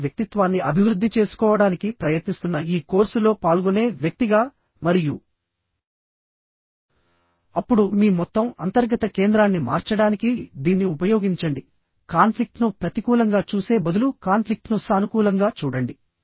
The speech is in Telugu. కానీ తన వ్యక్తిత్వాన్ని అభివృద్ధి చేసుకోవడానికి ప్రయత్నిస్తున్న ఈ కోర్సులో పాల్గొనే వ్యక్తిగా మరియు అప్పుడు మీ మొత్తం అంతర్గత కేంద్రాన్ని మార్చడానికి దీన్ని ఉపయోగించండికాన్ఫ్లిక్ట్ ను ప్రతికూలంగా చూసే బదులు కాన్ఫ్లిక్ట్ ను సానుకూలంగా చూడండి